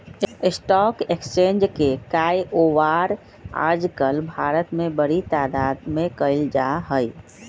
stock exchange के काएओवार आजकल भारत में बडी तादात में कइल जा हई